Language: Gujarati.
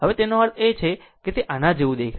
હવે તેનો અર્થ એ છે કે જો આના જેવું દેખાય છે